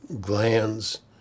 glands